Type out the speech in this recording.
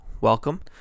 welcome